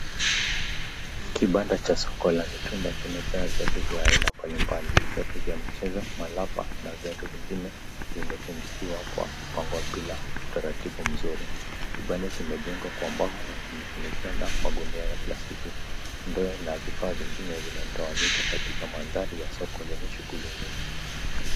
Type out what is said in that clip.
Kibanda cha soko la mitumba kimejaa vifaa vya aina mbalimbali . Kibanda kimejengwa kwa likiwa na magunia ya plastiki na . Ndoo na vifaa vingine vimetapaa katika soko hili.